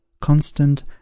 constant